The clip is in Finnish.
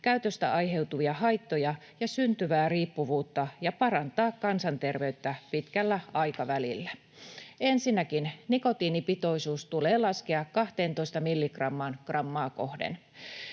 käytöstä aiheutuvia haittoja ja syntyvää riippuvuutta ja parantaa kansanterveyttä pitkällä aikavälillä. Ensinnäkin nikotiinipitoisuus tulee laskea 12